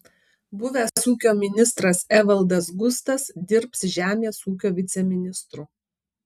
buvęs ūkio ministras evaldas gustas dirbs žemės ūkio viceministru